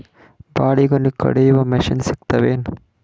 ಬಾಳಿಗೊನಿ ಕಡಿಯು ಮಷಿನ್ ಸಿಗತವೇನು?